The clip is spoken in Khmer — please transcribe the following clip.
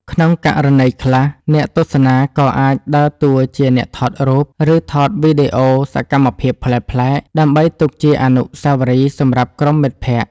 ក្នុងករណីខ្លះ អ្នកទស្សនាក៏អាចដើរតួជាអ្នកថតរូប ឬថតវីដេអូសកម្មភាពប្លែកៗ ដើម្បីទុកជាអនុស្សាវរីយ៍សម្រាប់ក្រុមមិត្តភក្តិ។